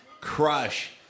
crush